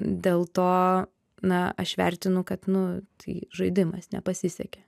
dėl to na aš vertinu kad nu tai žaidimas nepasisekė